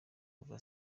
kuva